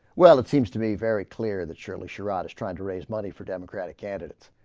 well it seems to be very clear that surely shrugs trying to raise money for democratic candidates